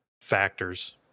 factors